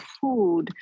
food